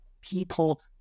people